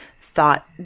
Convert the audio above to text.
thought